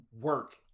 work